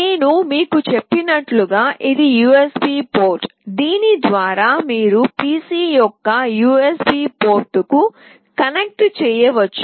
నేను మీకు చెప్పినట్లుగా ఇది USB పోర్ట్ దీని ద్వారా మీరు PC యొక్క USB పోర్ట్కు కనెక్ట్ చేయవచ్చు